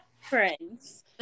friends